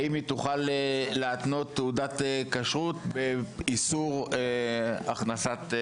האם היא תוכל להתנות תעודת כשרות באיסור הכנסת חמץ?